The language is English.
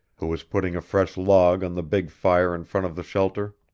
who was putting a fresh log on the big fire in front of the shelter.